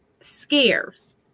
scares